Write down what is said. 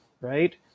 right